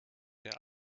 der